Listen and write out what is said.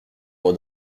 pour